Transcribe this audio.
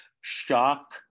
shock